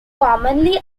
commonly